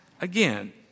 again